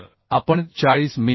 तर आपण 40 मि